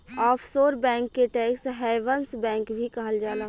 offshore bank के tax havens bank भी कहल जाला